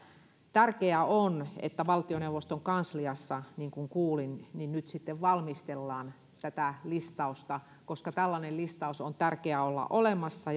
tärkeää on että valtioneuvoston kansliassa niin kuin kuulin nyt sitten valmistellaan tätä listausta koska tällainen listaus on tärkeä olla olemassa